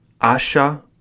Asha